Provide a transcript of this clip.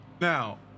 Now